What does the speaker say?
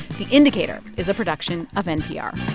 the indicator is a production of npr